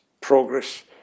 progress